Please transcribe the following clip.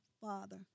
Father